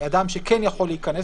אדם שיכול להיכנס,